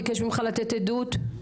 ביקש ממך לתת עדות?